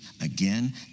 again